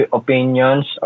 opinions